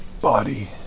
body